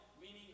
meaning